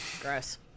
gross